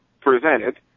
presented